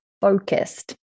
focused